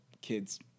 kids